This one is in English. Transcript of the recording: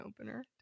opener